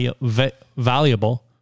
valuable